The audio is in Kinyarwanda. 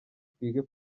twige